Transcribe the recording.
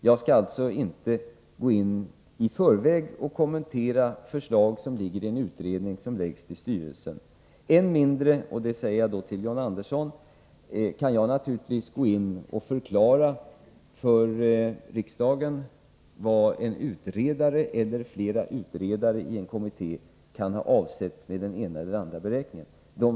Jag skall inte i förväg kommentera förslag som behandlas i en utredning som skall föreläggas styrelsen. Än mindre kan jag, John Andersson, för riksdagen förklara vad en utredare eller flera utredare i en kommitté kan ha avsett med den ena eller den andra beräkningen.